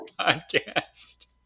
podcast